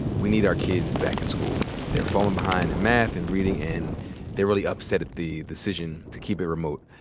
we need our kids back in school. they're fallin' behind in math and reading. and they're really upset at the decision to keep it remote.